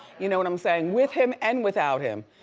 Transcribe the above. you know what i'm saying, with him, and without him.